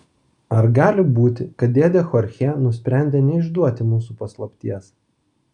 ar gali būti kad dėdė chorchė nusprendė neišduoti mūsų paslapties